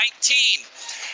19